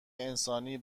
انسانی